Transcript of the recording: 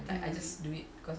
mm